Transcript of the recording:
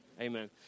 amen